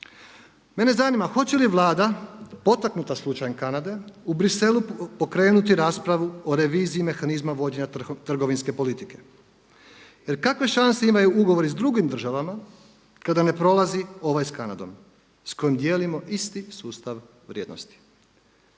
Mene zanima hoće li Vlada potaknuta slučajem Kanade u Bruxellesu pokrenuti raspravu o reviziji i mehanizmima vođenja trgovinske politike? Jer kakve šanse imaju ugovori s drugim državama kada ne prolazi ovaj sa Kanadom s kojom dijelimo isti sustav vrijednosti.